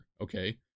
okay